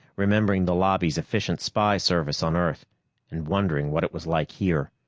remembering the lobby's efficient spy service on earth and wondering what it was like here.